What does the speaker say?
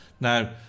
Now